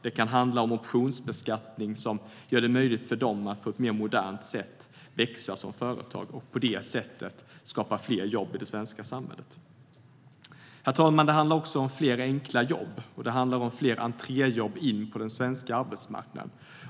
Det kan handla om optionsbeskattning som gör det möjligt för dem att på ett mer modernt sätt växa som företag och på det sättet skapa fler jobb i det svenska samhället. Herr talman! Det handlar om fler enkla jobb och om fler entréjobb in på den svenska arbetsmarknaden.